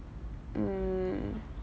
mm